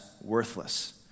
worthless